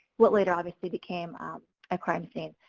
what later, obviously, became a crime scene.